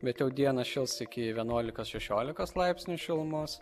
bet jau dieną šils iki vienuolikos šešiolikos laipsnių šilumos